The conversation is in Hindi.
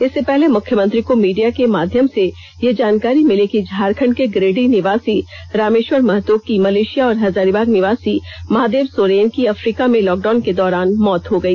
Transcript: इससे पहले मुख्यमंत्री को मीडिया के माध्यम से यह जानकारी मिली कि झारखंड के गिरिडीह निवासी रामेश्वर महतो की मलेशिया और हजारीबाग निवासी महादेव सोरेन की अफ्रीका में लॉकडाउन के दौरान मौत हो गई